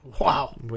wow